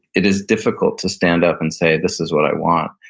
it is difficult to stand up and say, this is what i want.